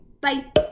bye